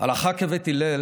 הלכה כבית הלל